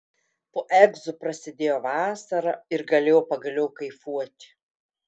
po egzų prasidėjo vasara ir galėjau pagaliau kaifuoti